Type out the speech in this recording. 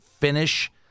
finish